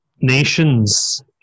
Nations